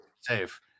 safe